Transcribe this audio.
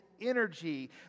energy